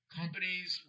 companies